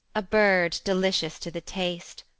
a bird delicious to the taste,